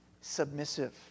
submissive